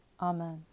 Amen